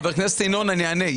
חבר הכנסת ינון, אני אענה.